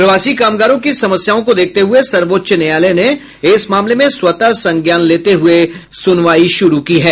प्रवासी कामगारों की समस्याओं को देखते हुये सर्वोच्च न्यायालय ने इस मामले में स्वतः संज्ञान लेते हुये सुनवाई शुरू की है